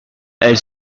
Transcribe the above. elle